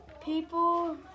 People